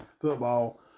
football